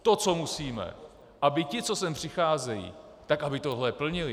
To, co musíme aby ti, co sem přicházejí, tohle plnili.